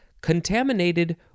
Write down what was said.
contaminated